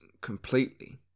completely